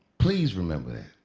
please remember that.